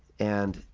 and,